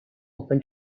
open